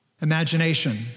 Imagination